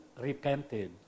repented